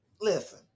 listen